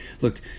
Look